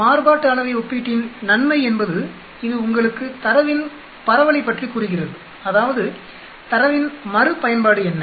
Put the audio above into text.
மாறுபாட்டு அளவை ஒப்பீட்டின் நன்மை என்பது இது உங்களுக்கு தரவின் பரவலைப் பற்றிக்கூறுகிறது அதாவது தரவின் மறுபயன்பாடு என்ன